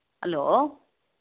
hello